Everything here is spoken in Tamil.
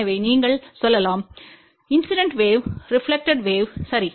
எனவே நீங்கள் சொல்லலாம் இன்சிடென்ட் வேவ் ரெப்லக்டெட் வேவ் சரி